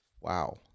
wow